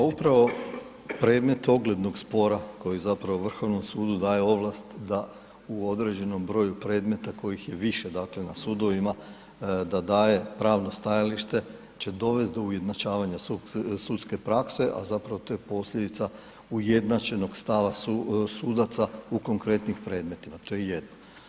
Upravo predmet oglednog spora, koji zapravo Vrhovnom sudu daje ovlast da u određenom broju predmeta, kojih je više na sudovima, da daje pravna stajalište, će dovesti do ujednačavanja sudske prakse a zapravo to je posljedica ujednačenog stava sudaca u konkretnim predmetima, to je jedno.